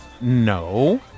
No